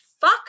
fuck